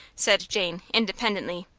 said jane, independently.